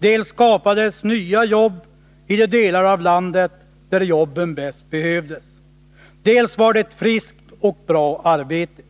Dels skapades nya jobb i de delar av landet där jobben bäst behövdes, dels var det ett friskt och bra arbete.